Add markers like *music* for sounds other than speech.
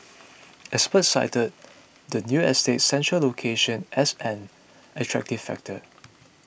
*noise* experts cited the new estate's central location as an attractive factor